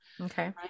Okay